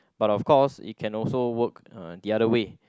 but of course it can also work the other way